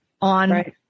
on